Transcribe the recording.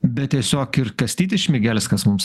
bet tiesiog ir kastytis šmigelskas mums